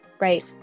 Right